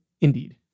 Indeed